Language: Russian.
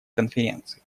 конференции